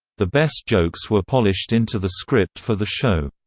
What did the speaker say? the best jokes were polished into the script for the show.